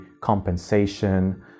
compensation